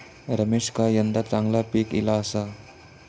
रमेशका यंदा चांगला पीक ईला आसा